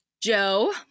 Joe